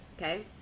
Okay